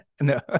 No